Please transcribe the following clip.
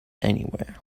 anywhere